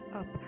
up